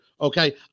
Okay